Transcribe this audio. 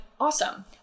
awesome